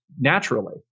naturally